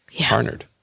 partnered